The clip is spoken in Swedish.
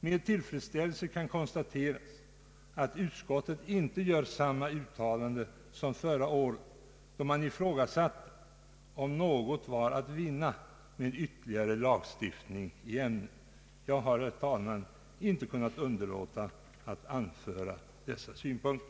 Med tillfredsställelse kan konstateras att utskottet inte gör samma uttalande som förra året, då man ifrågasatte om något var att vinna med ytterligare lagstiftning i ämnet. Jag har, herr talman, inte kunnat underlåta att anföra dessa synpunkter.